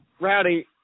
Rowdy